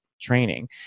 training